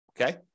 Okay